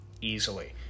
easily